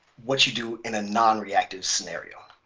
what you do in a non-reactive scenario.